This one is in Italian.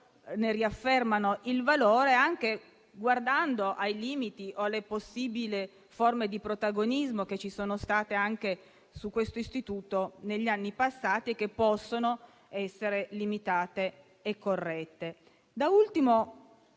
ne riaffermano il valore, anche guardando ai limiti o alle possibili forme di protagonismo che ci sono state anche su questo istituto negli anni passati e che possono essere limitate e corrette. Da ultimo,